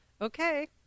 Okay